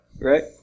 right